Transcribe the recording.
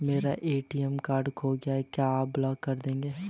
मेरा ATM card खो गया है क्या आप उसे ब्लॉक कर देंगे?